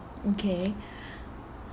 okay